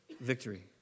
victory